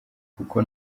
kuko